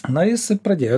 na jis pradėjo